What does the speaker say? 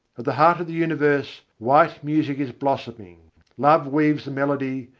at the heart of the universe white music is blossoming love weaves the melody,